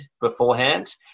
beforehand